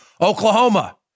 Oklahoma